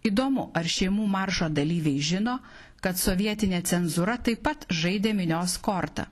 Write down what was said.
įdomu ar šeimų maršo dalyviai žino kad sovietinė cenzūra taip pat žaidė minios korta